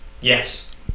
yes